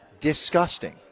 disgusting